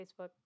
Facebook